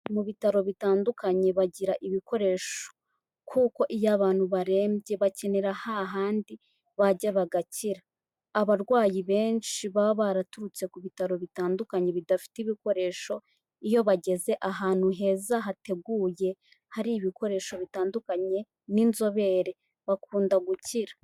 Mu bitaro bitandukanye bagira ibikoresho kuko iyo abantu barembye bakinira hahandi bajya bagakira, abarwayi benshi baba baraturutse ku bitaro bitandukanye bidafite ibikoresho iyo bageze ahantu heza hateguye, hari ibikoresho bitandukanye n'inzobere bakunda gukira.